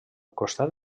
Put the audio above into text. costat